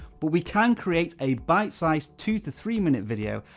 but we can create a byte-sized, two to three minute video,